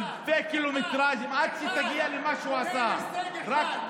תן הישג אחד.